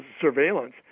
surveillance